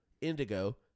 indigo